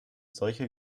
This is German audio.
solche